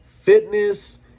fitness